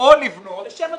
לשם הדוגמה.